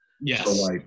Yes